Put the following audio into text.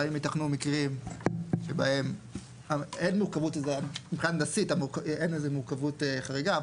האם ייתכנו מקרים שבהם אין איזו מורכבות חריגה מבחינה הנדסית,